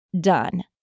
done